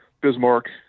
Bismarck